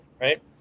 right